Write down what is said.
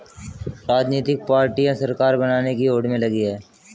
राजनीतिक पार्टियां सरकार बनाने की होड़ में लगी हैं